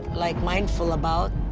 like, mindful about?